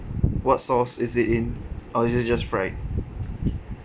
what sauce is it in or is it just fried